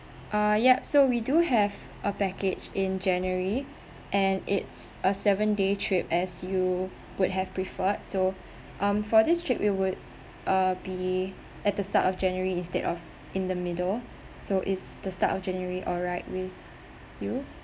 ah yup so we do have a package in january and it's a seven day trip as you would have preferred so um for this trip it would uh be at the start of january instead of in the middle so is the start of january alright with you